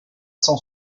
cent